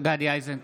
גדי איזנקוט,